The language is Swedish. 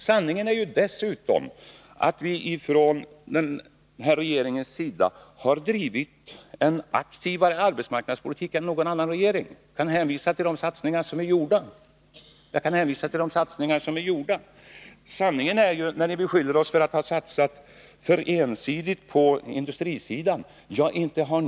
Sanningen är dessutom att den nuvarande regeringen har fört en aktivare arbetsmarknadspolitik än någon annan regering. Jag hänvisar till de satsningar som gjorts. Ni socialdemokrater beskyller oss för att alltför ensidigt ha satsat på industrisidan.